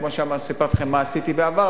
כמו שסיפרתי לכם מה עשיתי בעבר,